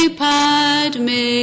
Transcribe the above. padme